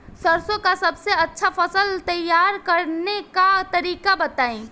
सरसों का सबसे अच्छा फसल तैयार करने का तरीका बताई